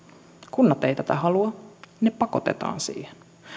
kunnat eivät tätä halua ne pakotetaan siihen